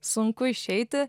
sunku išeiti